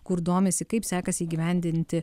kur domisi kaip sekasi įgyvendinti